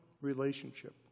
relationship